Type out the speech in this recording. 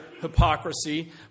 hypocrisy